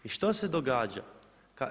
I što se događa?